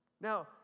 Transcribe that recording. Now